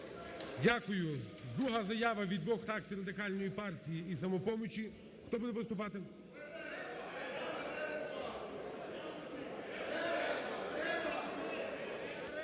Дякую. Друга заява від двох фракцій: Радикальної партії і "Самопомочі". Хто буде виступати?